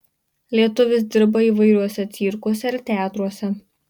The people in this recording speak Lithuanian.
lietuvis dirba įvairiuose cirkuose ir teatruose